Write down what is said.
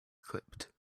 clipped